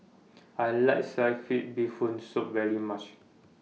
I like Sliced Fish Bee Hoon Soup very much